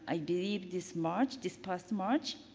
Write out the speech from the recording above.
i believe this march, this past march.